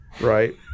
right